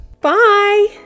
Bye